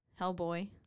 Hellboy